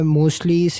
mostly